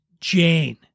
Jane